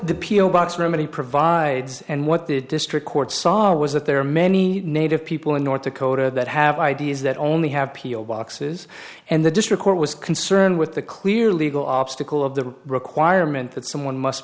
the p o box remedy provides and what the district court saw was that there are many native people in north dakota that have ideas that only have peeled boxes and the district court was concerned with the clear legal obstacle of the requirement that someone must